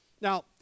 Now